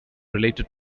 related